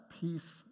peace